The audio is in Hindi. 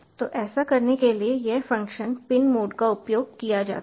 तो ऐसा करने के लिए यह फ़ंक्शन पिन मोड का उपयोग किया जाता है